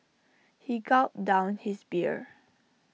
he gulped down his beer